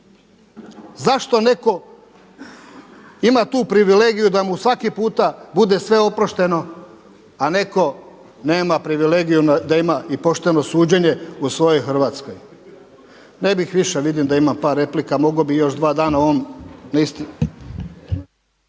Zašto neko ima tu privilegiju da mu svaki puta bude sve oprošteno, a neko nema privilegiju da ima i pošteno suđenje u svojoj Hrvatskoj? Ne bih više vidim da ima par replika. Mogao bih još dva dana o ovom.